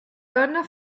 donna